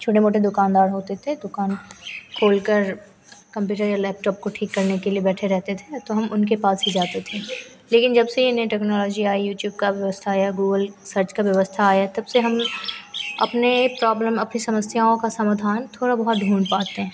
छोटे मोटे दुक़ानदार होते थे दुक़ान खोलकर कम्प्यूटर या लैपटॉप को ठीक करने के लिए बैठे रहते थे तो हम उनके पास ही जाते थे लेकिन जबसे इण्डियन टेक्नोलॉजी आई यूट्यूब की व्यवस्था या गूगल सर्च की व्यवस्था आई तबसे हम अपने प्रॉब्लम अपनी समस्याओं का समाधान थोड़ा बहुत ढूँढ पाते हैं